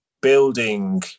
building